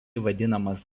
vadinamas